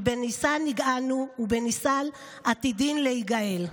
"בניסן נגאלו ובניסן עתידין להיגאל".